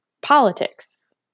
politics